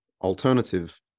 alternative